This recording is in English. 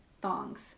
thongs